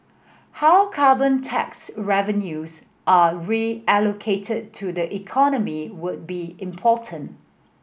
how carbon tax revenues are reallocated to the economy will be important